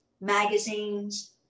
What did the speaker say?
magazines